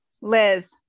Liz